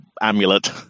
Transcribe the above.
amulet